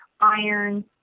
iron